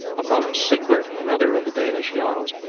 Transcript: upon sigbert, another of the danish jarls.